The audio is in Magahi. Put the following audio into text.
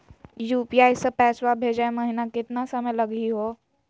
यू.पी.आई स पैसवा भेजै महिना केतना समय लगही हो?